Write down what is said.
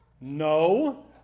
No